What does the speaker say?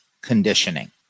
conditioning